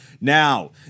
Now